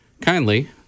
kindly